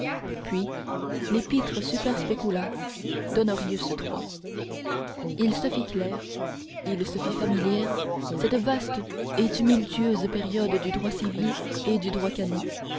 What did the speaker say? puis l'épître super specula d'honorius iii il se fit claire il se fit familière cette vaste et tumultueuse période du droit civil et du droit canon